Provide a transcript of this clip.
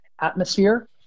atmosphere